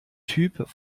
typ